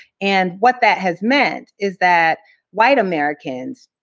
and what that has meant is that white americans,